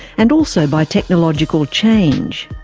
and also by technological change.